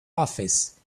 office